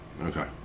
Okay